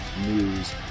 News